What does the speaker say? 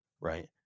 right